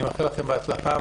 אני מאחל לכן בהצלחה.